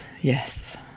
Yes